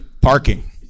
Parking